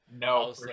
no